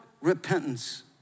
repentance